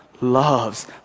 loves